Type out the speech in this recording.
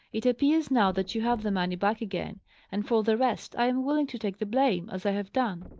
it appears, now, that you have the money back again and, for the rest, i am willing to take the blame, as i have done.